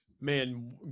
Man